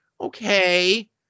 Okay